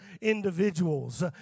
individuals